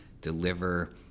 deliver